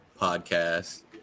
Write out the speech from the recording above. podcast